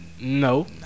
No